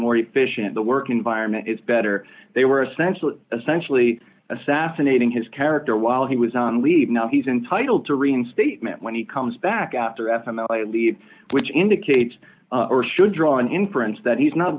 more efficient the work environment is better they were essentially essentially assassinating his character while he was on leave now he's entitled to reinstatement when he comes back after f e m a leave which indicates or should draw an inference that he's not